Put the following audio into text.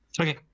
Okay